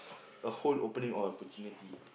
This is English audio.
a whole opening or opportunity